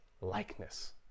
likeness